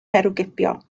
herwgipio